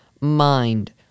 mind